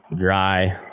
dry